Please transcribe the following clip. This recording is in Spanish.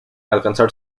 alcanzar